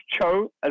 Cho